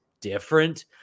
different